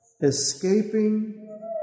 Escaping